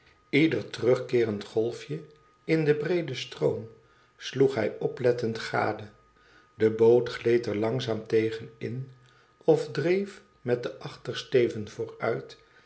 ieder terugkeerend golfje in den breeden stroom sloeg hij oplettend gade de boot gleed er langzaam tegen in of dreef met den achtersteven